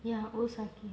ya osaki